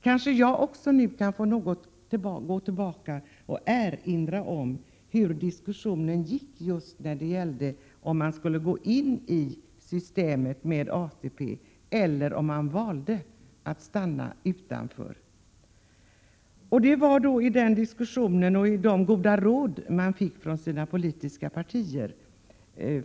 Kanske jag får gå tillbaka i tiden och erinra om hur diskussionen gick när det var fråga om huruvida man skulle gå in i ATP-systemet eller om man skulle välja att stå utanför. Man fick då goda råd av sina politiska partier.